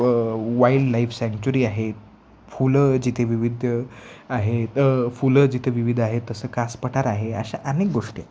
wildlife sanctuary आहे फुलं जिथे विविध आहेत फुलं जिथे विविध आहेत तसं कास पठार आहे अशा अनेक गोष्टी आहेत